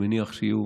אני מניח שיהיו